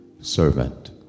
servant